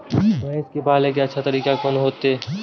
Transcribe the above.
भैंस के पाले के अच्छा तरीका कोन होते?